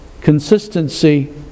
Consistency